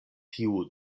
tiu